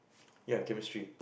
ya chemistry